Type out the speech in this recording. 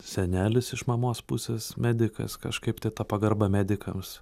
senelis iš mamos pusės medikas kažkaip ta pagarba medikams